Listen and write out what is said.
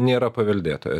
nėra paveldėtojo